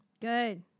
Good